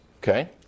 Okay